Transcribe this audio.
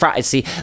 see